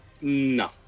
No